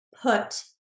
put